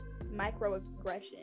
microaggression